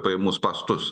pajamų spąstus